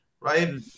right